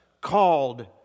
called